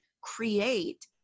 create